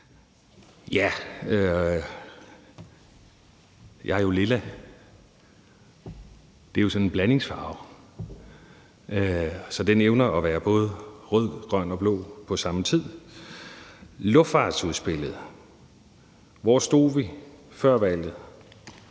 Aagaard): Jeg er jo lilla, og det er sådan en blandingsfarve, så den evner at være både rød, grøn og blå på samme tid. Med hensyn til luftfartsudspillet vil jeg sige: Hvor stod vi før valget?